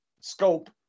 Scope